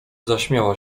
zaśmiała